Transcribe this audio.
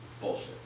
bullshit